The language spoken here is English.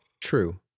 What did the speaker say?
True